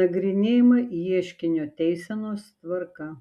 nagrinėjama ieškinio teisenos tvarka